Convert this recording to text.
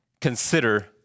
consider